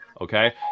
okay